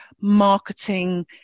marketing